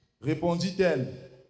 répondit-elle